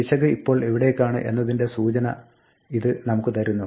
പിശക് ഇപ്പോൾ എവിടേയ്ക്കാണ് എന്നതിന്റെ ഒരു സൂചന ഇത് നമുക്ക് തരുന്നു